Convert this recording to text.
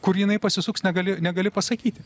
kur jinai pasisuks negali negali pasakyti